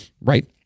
Right